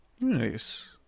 Nice